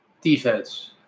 Defense